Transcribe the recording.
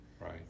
right